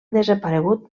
desaparegut